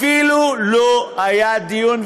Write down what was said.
אפילו לא היה דיון.